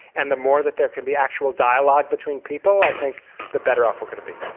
and the more that there can be actual dialogue between people, i think the better off we're gonna be